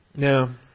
Now